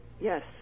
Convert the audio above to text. Yes